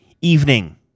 evening